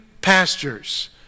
pastures